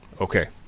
Okay